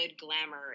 glamour